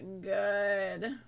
good